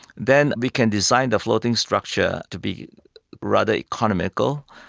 then we can design the floating structure to be rather economical.